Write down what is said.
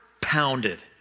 pounded